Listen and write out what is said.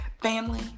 Family